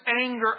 anger